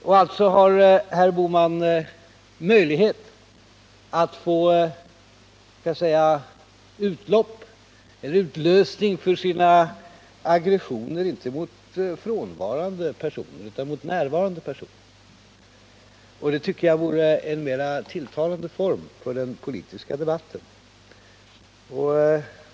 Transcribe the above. Herr Bohman har alltså möjlighet att så att säga få utlopp eller utlösning för sina aggressioner inte emot frånvarande personer utan mot närvarande personer. Och det tycker jag vore en mer tilltalande form för den politiska debatten.